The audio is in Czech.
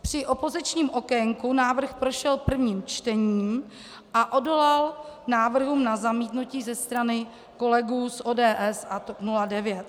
Při opozičním okénku návrh prošel prvním čtením a odolal návrhům na zamítnutí ze strany kolegů z ODS a TOP 09.